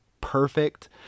perfect